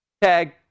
tag